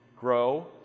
grow